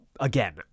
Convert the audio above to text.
again